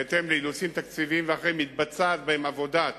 בהתאם לאילוצים תקציביים ואחרים, מתבצעת עבודת